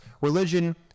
religion